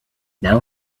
now